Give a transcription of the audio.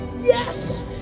Yes